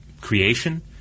creation